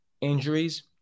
injuries